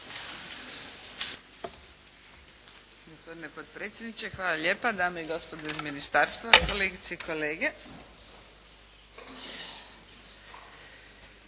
Hvala.